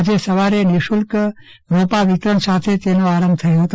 આજે સવારે નિઃશુલ્ક રોપા વિતરણ સાથે તેનો આરંભ થયો હતો